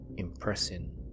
Impressing